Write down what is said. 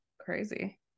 crazy